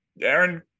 aaron